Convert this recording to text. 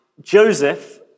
Joseph